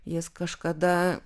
jis kažkada